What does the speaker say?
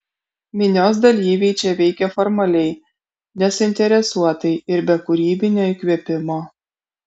minios dalyviai čia veikė formaliai nesuinteresuotai ir be kūrybinio įkvėpimo